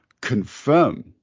confirm